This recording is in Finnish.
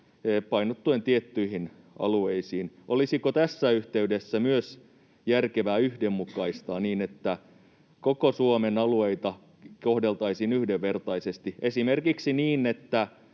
painottuen tiettyihin alueisiin. Olisiko tässä yhteydessä myös järkevää yhdenmukaistaa niin, että koko Suomen alueita kohdeltaisiin yhdenvertaisesti, esimerkiksi niin,